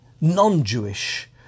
non-Jewish